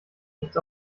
nicht